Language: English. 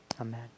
amen